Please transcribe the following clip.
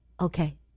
Okay